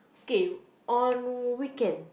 K on weekend